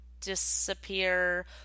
disappear